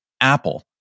Apple